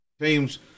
teams